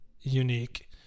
unique